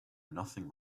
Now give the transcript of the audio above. nothing